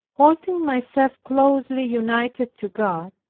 holding myself closely united to god,